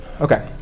Okay